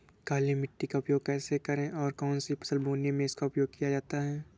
काली मिट्टी का उपयोग कैसे करें और कौन सी फसल बोने में इसका उपयोग किया जाता है?